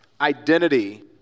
identity